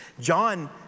John